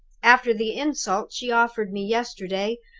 after the insult she offered me yesterday,